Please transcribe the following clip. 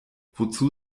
wozu